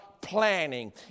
planning